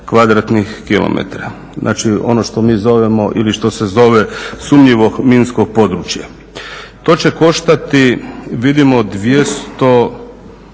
kvadratnih km. Znači, ono što mi zovemo ili što se zove sumnjivog minskog područja. To će koštati vidimo 248